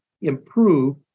improve